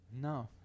No